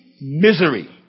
misery